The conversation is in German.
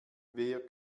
wer